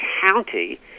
county